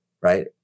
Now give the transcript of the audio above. Right